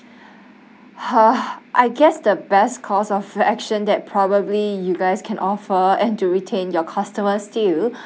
!huh! I guess the best cause of action that probably you guys can offer and to retain your customer still